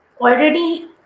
already